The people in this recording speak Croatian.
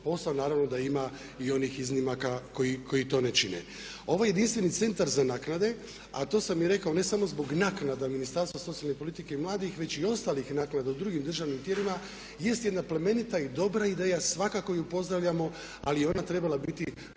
posao, naravno da ima i onih iznimaka koji to ne čine. Ovaj jedinstveni centar za naknade, a to sam i rekao ne samo zbog naknada Ministarstva socijalne politike i mladih već i ostalih naknada u drugim državnim tijelima jest jedna plemenita i dobra ideja, svakako ju pozdravljamo, ali je ona trebala biti